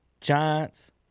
Giants